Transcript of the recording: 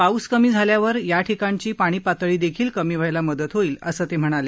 पाऊस कमी झाल्यावर याठिकाणची पाणी पातळी देखील कमी व्हायला मदत होईल असं ते म्हणाले